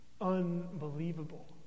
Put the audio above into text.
unbelievable